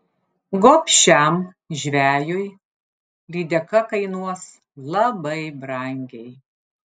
gobšiam žvejui lydeka kainuos labai brangiai